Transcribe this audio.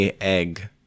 egg